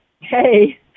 Hey